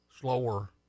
slower